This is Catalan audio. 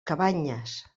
cabanyes